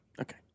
Okay